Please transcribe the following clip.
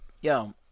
yo